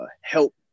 help